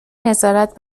نظارت